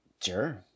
Sure